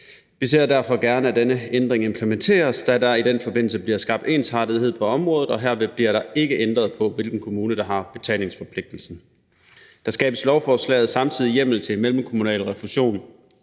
Vi ser derfor gerne, at denne ændring implementeres, da der i den forbindelse bliver skabt ensartethed på området, og herved bliver der ikke ændret på, hvilken kommune der har betalingsforpligtelsen. Der skabes med lovforslaget samtidig hjemmel til mellemkommunal refusion